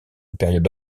période